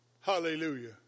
Hallelujah